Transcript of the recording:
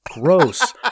Gross